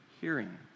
hearing